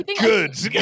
good